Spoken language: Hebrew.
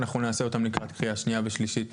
אנחנו נעשה אותם לקראת הקריאה השנייה והשלישית